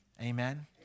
Amen